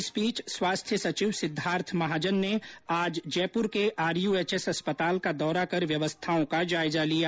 इस बीच स्वास्थ्य सचिव सिद्धार्थ महाजन ने आज जयपुर के आरयूएचएस अस्पताल का दौरा कर व्यवस्थाओं का जायजा लिया